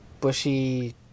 bushy